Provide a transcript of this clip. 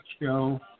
show